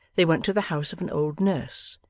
they went to the house of an old nurse,